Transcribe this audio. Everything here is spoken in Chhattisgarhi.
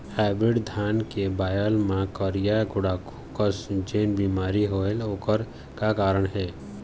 हाइब्रिड धान के बायेल मां करिया गुड़ाखू कस जोन बीमारी होएल ओकर का कारण हे?